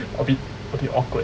a bit a bit awkward